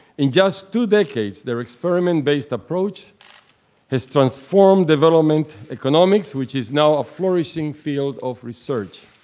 in just two decades their experiment-based approach has transformed development economics, which is now a flourishing field of research.